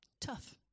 tough